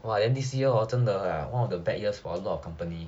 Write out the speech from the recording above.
!wah! then this year hor 真的 one of the bad years for a lot of company